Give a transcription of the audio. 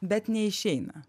bet neišeina